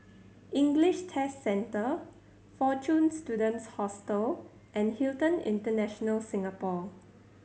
English Test Centre Fortune Students Hostel and Hilton International Singapore